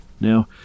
Now